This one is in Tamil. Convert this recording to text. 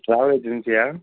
ட்ராவல் ஏஜென்சியா